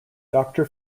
doctor